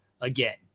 again